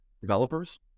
developers